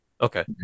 okay